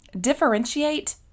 differentiate